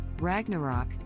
Ragnarok